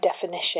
definition